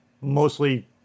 mostly